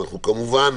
אנחנו כמובן